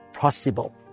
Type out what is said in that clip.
possible